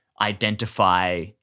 identify